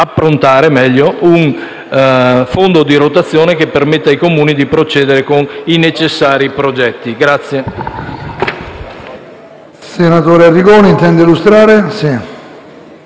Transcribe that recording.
approntare meglio un fondo di rotazione che permetta ai Comuni di procedere con i necessari progetti.